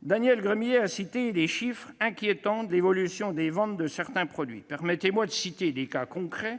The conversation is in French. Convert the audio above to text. Daniel Gremillet a cité les chiffres inquiétants de l'évolution des ventes de certains produits. Permettez-moi d'évoquer des cas concrets